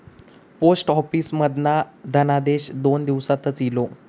post office मधना धनादेश दोन दिवसातच इलो